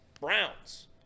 Browns